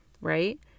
right